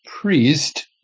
priest